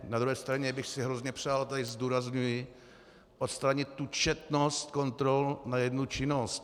Na druhé straně bych si hrozně přál, a to tady zdůrazňuji, odstranit tu četnost kontrol na jednu činnost.